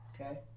okay